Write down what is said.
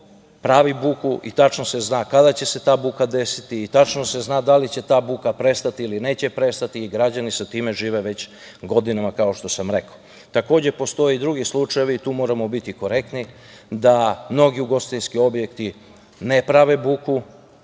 pravi buku i tačno se zna kada će se ta buka desiti i tačno se zna da li će ta buka prestati ili neće prestati i građani sa time žive već godinama, kao što sam rekao. Takođe, postoje i drugi slučajevi, i tu moramo biti korektni, da mnogi ugostiteljski objekti ne prave buku,